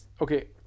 Okay